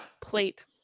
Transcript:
plate